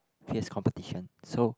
fierce competition so